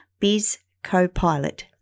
bizcopilot